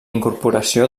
incorporació